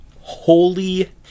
holy